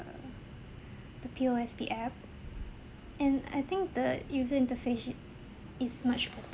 the P_O_S_B app and I think the user interface it is much better